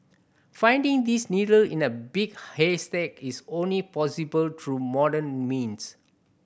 finding this needle in a big haystack is only possible through modern means